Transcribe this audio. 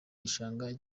gishanga